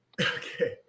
Okay